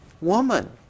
woman